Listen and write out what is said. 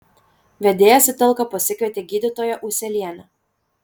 vedėjas į talką pasikvietė gydytoją ūselienę